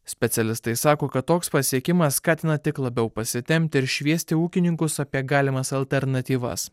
specialistai sako kad toks pasiekimas skatina tik labiau pasitempti ir šviesti ūkininkus apie galimas alternatyvas